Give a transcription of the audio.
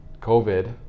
COVID